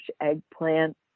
eggplant